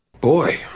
boy